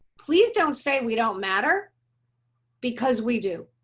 please don't say we don't matter because we do.